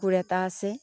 কুকুৰ এটা আছে